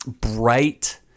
bright